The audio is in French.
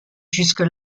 jusque